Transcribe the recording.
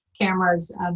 cameras